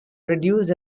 reduced